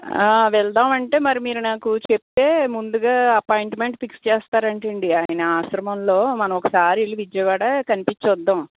వెళదాము అంటే మరి మీరు నాకు చెప్తే ముందుగా అపాయింట్మెంట్ ఫిక్స్ చేస్తారట అండి ఆయన ఆశ్రమంలో మనం ఒకసారి వెళ్ళి విజయవాడ కనిపించి వద్దాము